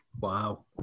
wow